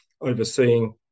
overseeing